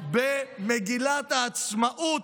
במגילת העצמאות.